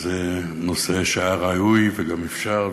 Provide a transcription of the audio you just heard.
שזה נושא שהיה ראוי וגם אפשר,